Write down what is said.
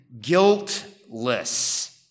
guiltless